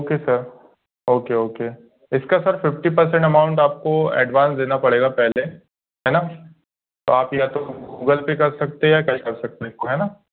okay sir okay okay इसका sir fifty percent amount आपको advance देना पड़ेगा पहले है ना तो आप या तो गूगल पे कर सकते या कैश कर सकते हैं है ना